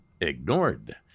ignored